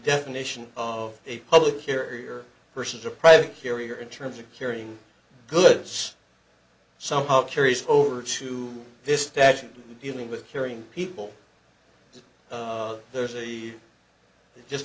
definition of a public carrier versus a private carrier in terms of carrying goods somehow carries over to this statute dealing with caring people if there's a just